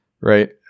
right